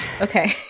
Okay